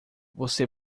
você